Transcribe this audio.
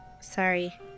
Sorry